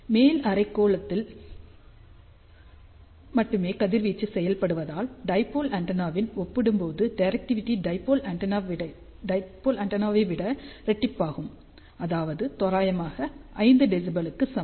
மேல் அரைக்கோளத்தில் மட்டுமே கதிர்வீச்சு செய்யப்படுவதால் டைபோல் ஆண்டெனாவுடன் ஒப்பிடும்போது டிரெக்டிவிடி டைபோல் ஆண்டெனாவை விட இரட்டிப்பாகும் அதாவது தோராயமாக 5 dB க்கு சமம்